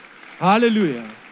Hallelujah